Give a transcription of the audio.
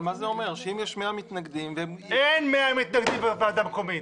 אבל זה אומר שאם יש מאה מתנגדים --- אין מאה מתנגדים בוועדה מקומית.